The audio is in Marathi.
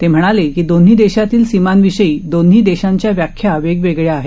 ते म्हणाले की दोन्ही देशातील सीमांविषयी दोन्ही देशांच्या व्याख्या वेगवेगळ्या आहेत